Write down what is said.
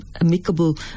amicable